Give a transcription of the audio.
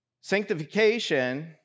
Sanctification